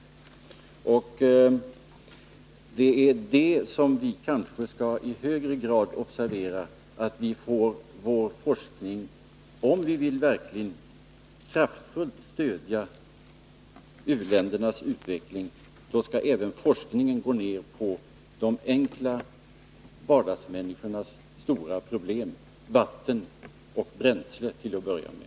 Detta skall vi kanske i högre grad observera. Om vi verkligen kraftfullt vill stödja u-ländernas utveckling, då skall även forskningen gå ner på de enkla vardagsmänniskornas stora problem — vatten och bränsle till att börja med.